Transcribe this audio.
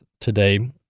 today